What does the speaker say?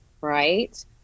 right